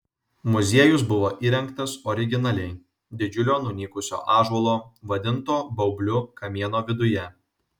muziejus buvo įrengtas originaliai didžiulio nunykusio ąžuolo vadinto baubliu kamieno viduje